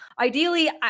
Ideally